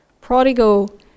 Prodigal